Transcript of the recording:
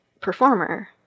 performer